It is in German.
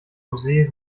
rosé